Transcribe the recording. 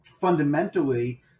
fundamentally